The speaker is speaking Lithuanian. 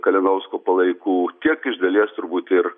kalinausko palaikų tiek iš dalies turbūt ir